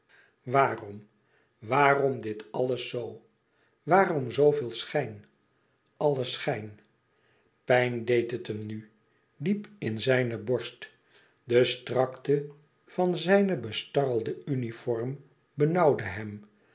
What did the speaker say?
waarom waarom dit alles zoo waarom zooveel schijn alles schijn pijn deed het hem nu diep in zijne borst de strakte van zijn bestarrelden uniform benauwde hem